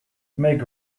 make